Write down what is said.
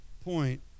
point